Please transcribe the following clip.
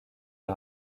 les